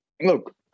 Look